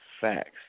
facts